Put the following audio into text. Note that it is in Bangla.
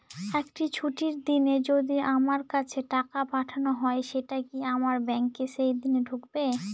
একটি ছুটির দিনে যদি আমার কাছে টাকা পাঠানো হয় সেটা কি আমার ব্যাংকে সেইদিন ঢুকবে?